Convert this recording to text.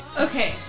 Okay